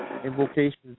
Invocations